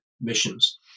missions